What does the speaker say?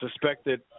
suspected